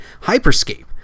hyperscape